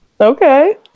Okay